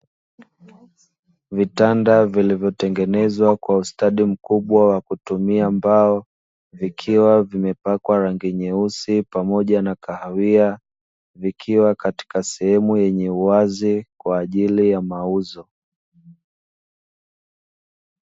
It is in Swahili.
Vitanda vilivyotengenezwa kwa ustadi mkubwa kwa kutumia mbao, vikiwa vimepakwa rangi nyeusi pamoja na kahawia vikiwa katika sehemu yenye uwazi kwa ajili ya mauzo.